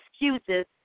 excuses